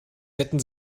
hätten